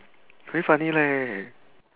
very funny leh